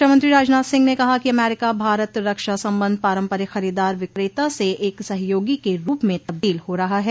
रक्षामंत्री राजनाथ सिंह ने कहा कि अमेरिका भारत रक्षा संबंध पारम्परिक खुरीदार विकेता से एक सहयोगी के रूप में तब्दील हो रहा है